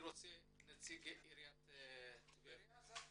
שידבר נציג עירית טבריה.